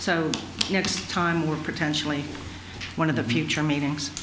so next time we're potentially one of the future meetings